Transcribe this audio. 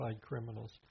criminals